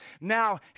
now